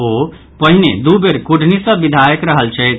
ओ पहिने दू बेर कुढ़नी सँ विधायक रहल छथि